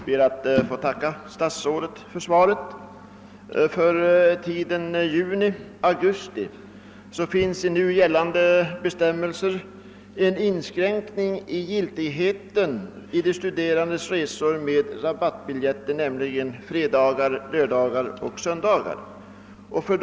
Herr talman! Jag ber att få tacka statsrådet för svaret. skränkning i giltigheten för de studerandes rabattbiljetter, nämligen för resor under fredagar, lördagar och söndagar.